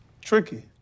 tricky